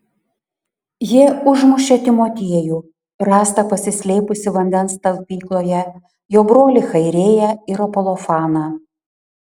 jie užmušė timotiejų rastą pasislėpusį vandens talpykloje jo brolį chairėją ir apolofaną